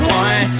one